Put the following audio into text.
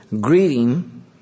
greeting